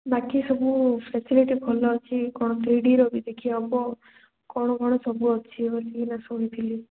ବାକି ସବୁ ଫେସିଲିଟି ଭଲ ଅଛି କ'ଣ ଥ୍ରୀଡ଼ିର ବି ଦେଖିହବ କ'ଣ କ'ଣ ସବୁ ଅଛି ବୋଲିକିନା ଶୁଣିଥିଲି